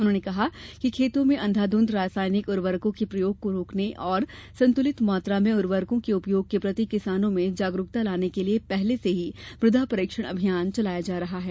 उन्होंने कहा कि खेतों में अंधाधंध रासायनिक उर्वरकों के प्रयोग को रोकने तथा संतुलित मात्रा में उर्वरकों के उपयोग के प्रति किसानों में जागरुकता लाने के लिए पहले से ही मुदा परीक्षण अभियान चलाया जा रहा है